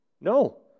No